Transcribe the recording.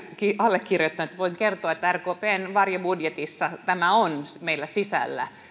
allekirjoittanut voin kertoa että rkpn varjobudjetissa tämä on meillä sisällä